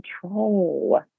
control